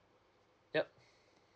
yup